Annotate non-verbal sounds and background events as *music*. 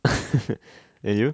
*noise* and you